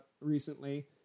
recently